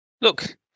Look